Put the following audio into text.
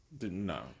no